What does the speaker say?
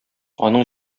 аның